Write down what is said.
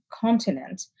continent